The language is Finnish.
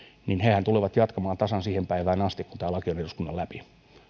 tulevat jatkamaan tasan siihen päivään asti kun tämä laki menee eduskunnassa läpi